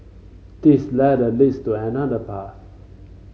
this ladder leads to another path